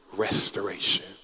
restoration